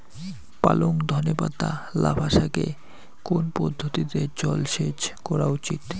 পালং ধনে পাতা লাফা শাকে কোন পদ্ধতিতে জল সেচ করা উচিৎ?